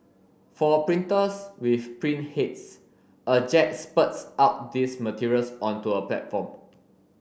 for printers with print heads a jet spurts out these materials onto a platform